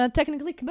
Technically